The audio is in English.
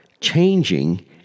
changing